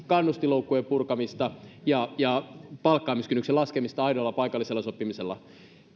kannustinloukkujen purkamista ja ja palkkaamiskynnyksen laskemista aidolla paikallisella sopimisella